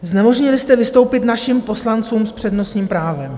Znemožnili jste vystoupit našim poslancům s přednostním právem.